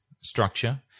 structure